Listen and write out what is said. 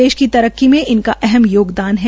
देश की तरक्की मे इनका अहम योगदान है